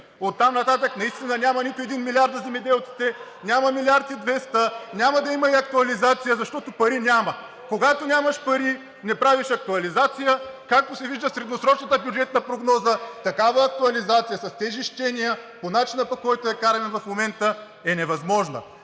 Оттам нататък наистина няма нито един милиард за земеделците, няма милиард и 200, няма да има и актуализация, защото пари няма. Когато нямаш пари, не правиш актуализация. Както се вижда в средносрочната бюджетна прогноза, такава актуализация с тези щения, по начина, по който я караме в момента, е невъзможна.